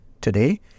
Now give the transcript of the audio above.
today